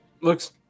looks